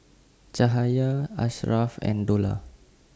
Cahaya Ashraff and Dollah